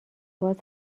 باز